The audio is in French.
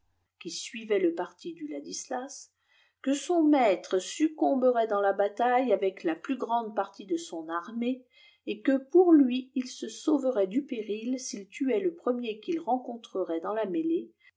qui suivait le parti d uladislas que son maître succomberait dans la bataille avec la plus grande partie de son armée et que pour lui il se sauverait du péril s'il tuait le premier qu'il rencontrerait dans la mêlée